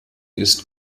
ist